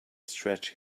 stretch